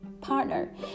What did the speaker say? partner